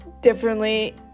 differently